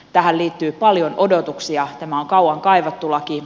tähän liittyy paljon odotuksia tämä on kauan kaivattu laki